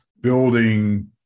building